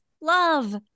love